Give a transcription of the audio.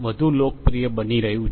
વધુ લોકપ્રિય બની રહ્યુ છે